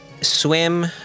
Swim